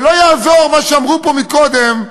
ולא יעזור מה שאמרו פה קודם,